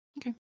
Okay